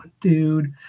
dude